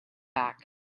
back